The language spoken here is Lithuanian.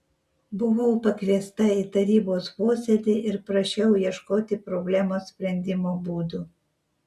buvau pakviesta į tarybos posėdį ir prašiau ieškoti problemos sprendimo būdų